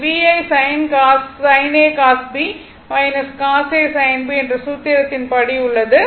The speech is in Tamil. இது VI sin a cos b cos a sin b என்ற சூத்திரத்தின் படி உள்ளது